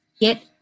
get